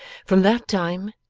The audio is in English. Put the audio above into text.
from that time,